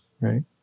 right